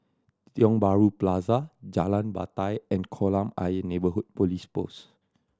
Tiong Bahru Plaza Jalan Batai and Kolam Ayer Neighbourhood Police Post